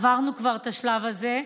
עברנו כבר את השלב הזה,